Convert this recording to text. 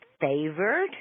favored